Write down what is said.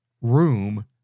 room